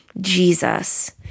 Jesus